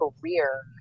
career